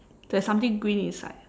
there's something green inside